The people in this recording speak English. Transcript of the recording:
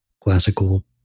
classical